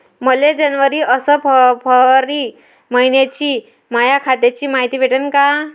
मले जनवरी अस फरवरी मइन्याची माया खात्याची मायती भेटन का?